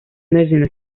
nezina